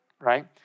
right